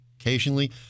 occasionally